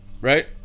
Right